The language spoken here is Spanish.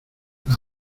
las